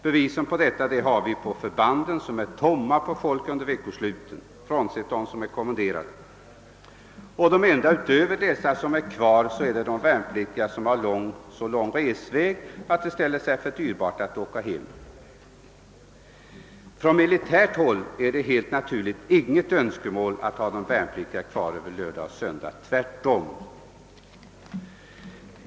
Beviset för detta är att förbanden är tomma på folk under veckosluten om man undantar dem som har kommenderingar. De enda som är kvar utöver kommenderade är de värnpliktiga som har så lång resväg att det ställer sig för dyrt att åka hem. Från militärt håll är det naturligtvis inget önskemål att ha de värnpliktiga kvar under lördagar och söndagar -— tvärtom.